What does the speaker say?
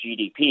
GDP